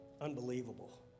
unbelievable